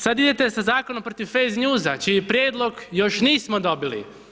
Sad idete sa Zakonom protiv fake news-a čiji prijedlog još nismo dobili.